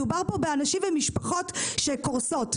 מדובר פה באנשים ומשפחות שקורסות.